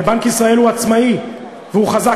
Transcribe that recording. ובנק ישראל הוא עצמאי והוא חזק,